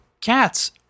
Cats